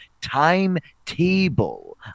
timetable